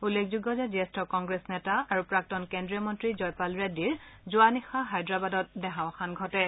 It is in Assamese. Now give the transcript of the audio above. উল্লেখযোগ্য যে জ্যেষ্ঠ কংগ্ৰেছ নেতা আৰু প্ৰাক্তন কেন্দ্ৰীয় মন্ত্ৰী জয়পাল ৰেড্ডীৰ যোৱা নিশা হায়দৰাবাদত দেহাৱসান ঘটে